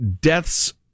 deaths